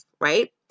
right